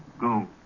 go